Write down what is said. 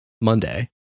Monday